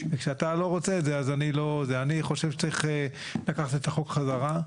אני חושב שצריך לקחת את החוק חזרה,